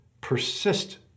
Persist